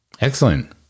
Excellent